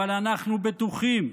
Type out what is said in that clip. אבל אנחנו בטוחים,